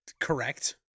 Correct